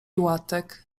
łatek